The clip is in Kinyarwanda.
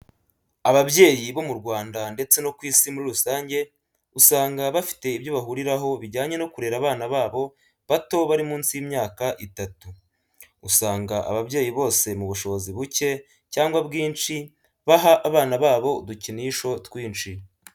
Ababyeyi bo mu Rwanda ndetse no ku isi muri rusange usanga bafite ibyo bahuriraho bijyanye no kurera abana babo bato bari munsi y'imyaka itatu. Usanga ababyeyi bose mu bushobozi buke cyangwa bwinshi baha abana babo udukinisho twinshi.